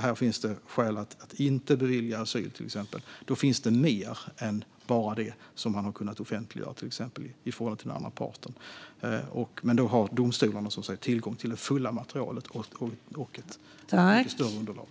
här finns skäl att inte bevilja asyl finns det mer än vad som har kunnat offentliggöras i förhållande till den andra parten. Men då har domstolarna tillgång till ett större och mer fullständigt underlag.